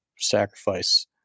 sacrifice